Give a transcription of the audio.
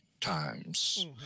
times